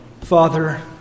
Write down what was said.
Father